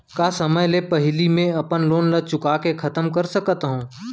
का समय ले पहिली में अपन लोन ला चुका के खतम कर सकत हव?